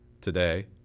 today